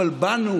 אבל באנו